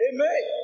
Amen